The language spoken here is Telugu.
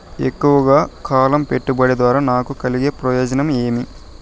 ఎక్కువగా కాలం పెట్టుబడి ద్వారా నాకు కలిగే ప్రయోజనం ఏమి?